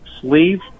Sleeve